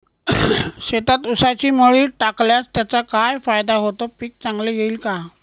शेतात ऊसाची मळी टाकल्यास त्याचा काय फायदा होतो, पीक चांगले येईल का?